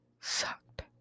sucked